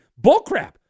Bullcrap